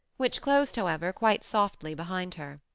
which closed, however, quite softly behind her.